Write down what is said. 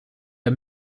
der